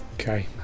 Okay